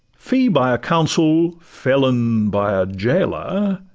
fee by a counsel, felon by a jailor,